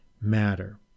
matter